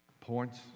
points